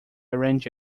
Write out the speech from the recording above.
arrange